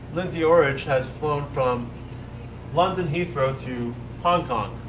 lindsay orridge has flown from london heathrow to hong kong.